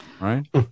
right